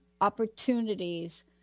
opportunities